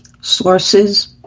sources